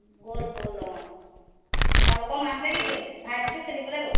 গ'ল গ'ল অঁ তোমালোকৰ মাহহঁতে কি কৰিছে ভাইটিটো খেলিবলৈ গ'ল